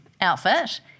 outfit